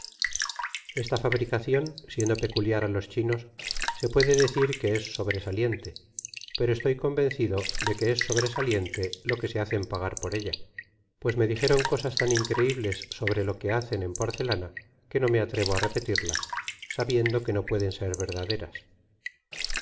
esta fabricacion siendo peculiar á los chinos se puede decir que es sobresaliente pero estoy convencido de que es sobresaliente lo que se hacen pagar por ella pues me dijeron cosas tan increibles sobre lo que hacen en porcelana que no me atrevo á repetirlas sabiendo que no pueden ser verdaderas